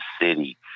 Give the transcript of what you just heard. city